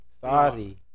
Sorry